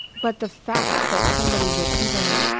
but the fact that somebody would even